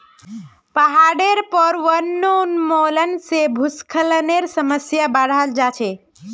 पहाडेर पर वनोन्मूलन से भूस्खलनेर समस्या बढ़े जा छे